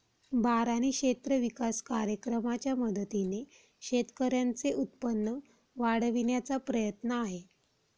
बारानी क्षेत्र विकास कार्यक्रमाच्या मदतीने शेतकऱ्यांचे उत्पन्न वाढविण्याचा प्रयत्न आहे